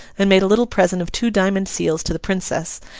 and made a little present of two diamond seals to the princess,